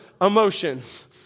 emotions